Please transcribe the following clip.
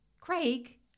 Craig